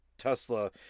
Tesla